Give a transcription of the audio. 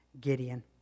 Gideon